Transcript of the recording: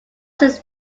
his